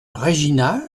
regina